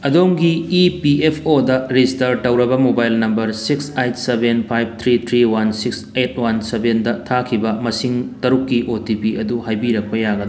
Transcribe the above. ꯑꯗꯣꯝꯒꯤ E P F O ꯔꯦꯖꯤꯁꯇꯥꯔ ꯇꯧꯔꯕ mobile number six eight seven five three three one six eight one ꯁꯕꯦꯟꯗ ꯊꯥꯈꯤꯕ ꯃꯁꯤꯡ ꯇꯔꯨꯛꯀꯤ ꯑꯣ ꯇꯤ ꯄꯤ ꯑꯗꯨ ꯍꯥꯏꯕꯤꯔꯛꯄ ꯌꯥꯒꯗ꯭ꯔꯥ